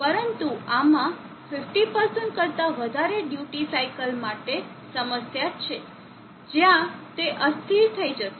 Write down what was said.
પરંતુ આમાં 50 કરતા વધારે ડ્યુટી સાઇકલ માટે સમસ્યા છે જ્યાં તે અસ્થિર થઈ જશે